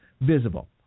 visible